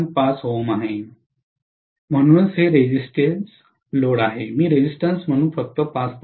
5 Ω आहे म्हणूनच हे रेजिस्टेंस लोड आहे मी रेजिस्टेंस म्हणून फक्त 5